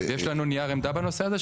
יש לנו נייר עמדה בנושא הזה?